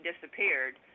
disappeared